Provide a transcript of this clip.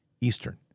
Eastern